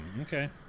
Okay